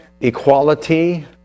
equality